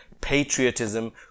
patriotism